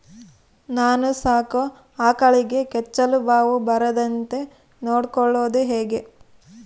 ನಾನು ಸಾಕೋ ಆಕಳಿಗೆ ಕೆಚ್ಚಲುಬಾವು ಬರದಂತೆ ನೊಡ್ಕೊಳೋದು ಹೇಗೆ?